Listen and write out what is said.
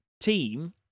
team